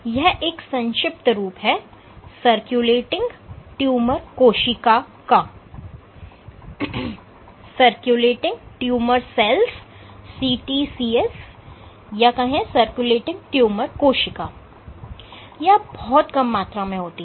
यह एक संक्षिप्त रूप है सर्कुलेटिंग ट्यूमर कोशिका का यह बहुत कम मात्रा में होती है